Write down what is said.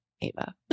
Ava